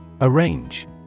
Arrange